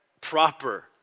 proper